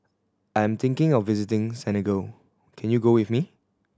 I am thinking of visiting Senegal can you go with me